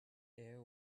air